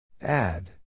Add